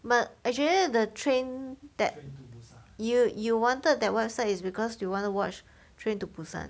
but actually the train that you you wanted that website it's because you want to watch train to busan